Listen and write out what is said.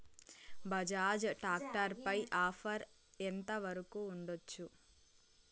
Bajaj tractor పై offer ఎంత వరకు ఉండచ్చు?